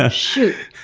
ah shoot,